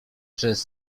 przez